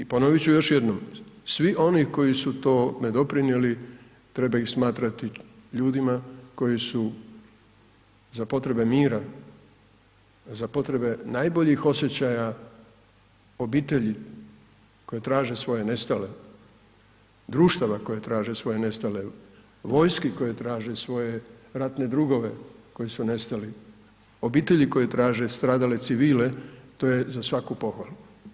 I ponovit ću još jednom, svi oni koji su tome doprinijeli treba ih smatrati ljudima koji su za potrebe mira, za potrebe najboljih osjećaja obitelji koje traže svoje nestale, društava koje traže svoje nestale, vojski koje traže svoje ratne drugove koji su nestali, obitelji koje traže stradale civile, to je za svaku pohvalu.